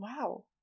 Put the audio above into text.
Wow